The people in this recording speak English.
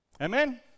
Amen